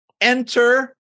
Enter